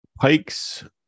pike's